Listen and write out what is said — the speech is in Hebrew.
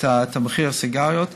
מחיר הסיגריות.